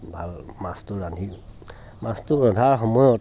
ভাল মাছটো ৰান্ধি মাছটো ৰন্ধাৰ সময়ত